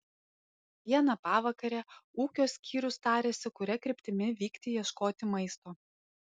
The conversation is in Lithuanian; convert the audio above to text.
vieną pavakarę ūkio skyrius tarėsi kuria kryptimi vykti ieškoti maisto